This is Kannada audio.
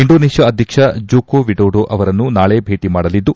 ಇಂಡೋನೇಷ್ಯಾ ಅಧ್ಯಕ್ಷ ಜೋಕೋವಿಡೋಡೋ ಅವರನ್ನು ನಾಳೆ ಭೇಟ ಮಾಡಲಿದ್ದು